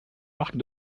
marc